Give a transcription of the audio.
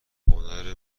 هنر